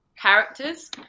characters